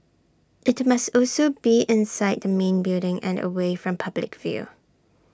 IT must also be inside the main building and away from public view